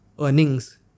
earnings